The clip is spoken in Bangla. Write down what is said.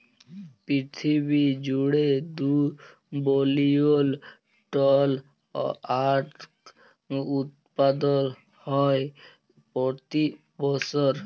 পিরথিবী জুইড়ে দু বিলিয়ল টল আঁখ উৎপাদল হ্যয় প্রতি বসর